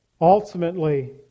Ultimately